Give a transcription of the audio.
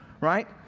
right